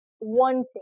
wanting